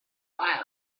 fire